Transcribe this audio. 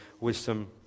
Wisdom